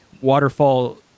waterfall